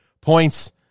points